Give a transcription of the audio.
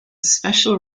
special